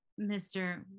Mr